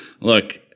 Look